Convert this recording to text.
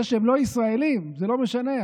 זה שהם לא ישראלים זה לא משנה,